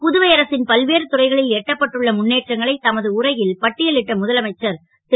புதுவை அரசின் பல்வேறு துறைகளில் எட்டப்பட்டுள்ள முன்னேற்றங்களை தமது உரை ல் பட்டியலிட்ட முதலமைச்சர் ரு